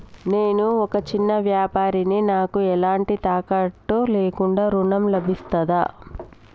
నేను ఒక చిన్న వ్యాపారిని నాకు ఎలాంటి తాకట్టు లేకుండా ఋణం లభిస్తదా?